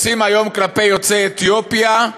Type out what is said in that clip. עושים היום כלפי יוצאי אתיופיה,